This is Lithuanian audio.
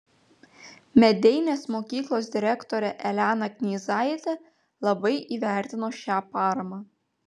medeinės mokyklos direktorė elena knyzaitė labai įvertino šią paramą